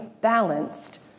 balanced